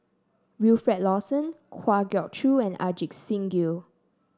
Wilfed Lawson Kwa Geok Choo and Ajit Singh Gill